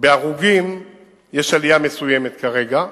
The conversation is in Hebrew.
בהרוגים יש עלייה מסוימת כרגע,